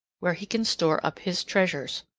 where he can store up his treasures.